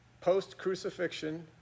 post-crucifixion